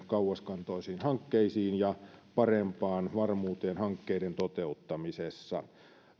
kauaskantoisiin hankkeisiin ja parempaan varmuuteen hankkeiden toteuttamisessa